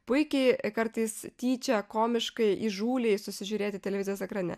puikiai kartais tyčia komiškai įžūliai susižiūrėti televizijos ekrane